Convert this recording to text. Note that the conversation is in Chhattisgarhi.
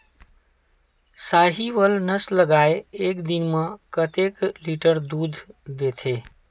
साहीवल नस्ल गाय एक दिन म कतेक लीटर दूध देथे?